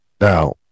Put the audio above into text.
now